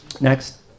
Next